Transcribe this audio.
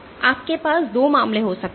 तो आपके पास 2 मामले हो सकते हैं